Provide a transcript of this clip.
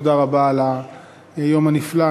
תודה רבה על היום הנפלא,